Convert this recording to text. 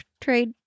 trade